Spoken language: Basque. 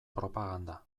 propaganda